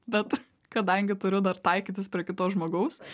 bet kadangi turiu dar taikytis prie kito žmogaus